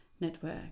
network